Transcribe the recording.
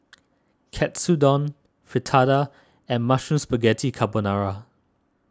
Katsudon Fritada and Mushroom Spaghetti Carbonara